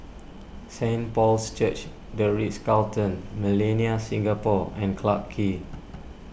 Saint Paul's Church the Ritz Carlton Millenia Singapore and Clarke Quay